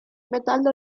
metallo